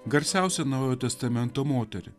garsiausią naujojo testamento moterį